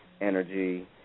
energy